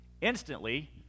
Instantly